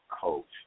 coach